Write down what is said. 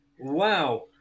Wow